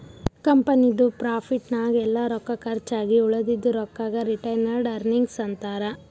ಕಂಪನಿದು ಪ್ರಾಫಿಟ್ ನಾಗ್ ಎಲ್ಲಾ ರೊಕ್ಕಾ ಕರ್ಚ್ ಆಗಿ ಉಳದಿದು ರೊಕ್ಕಾಗ ರಿಟೈನ್ಡ್ ಅರ್ನಿಂಗ್ಸ್ ಅಂತಾರ